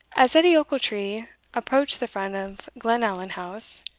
as edie ochiltree approached the front of glenallan house,